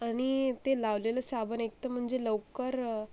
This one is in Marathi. आणि ते लावलेलं साबण एकतर म्हणजे लवकर